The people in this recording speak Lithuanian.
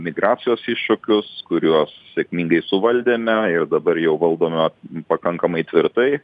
migracijos iššūkius kuriuos sėkmingai suvaldėme jau ir dabar jau valdoma pakankamai tvirtai